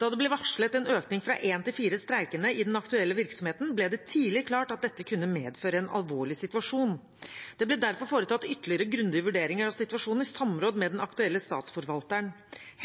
Da det ble varslet en økning fra én til fire streikende i den aktuelle virksomheten, ble det tidlig klart at dette kunne medføre en alvorlig situasjon. Det ble derfor foretatt ytterligere grundige vurderinger av situasjonen i samråd med den aktuelle Statsforvalteren.